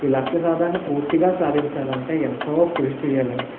ఈ లక్ష్య సాధనని పూర్తిగా సాధించాలంటే ఎంతో కృషిచెయ్యాలి అండి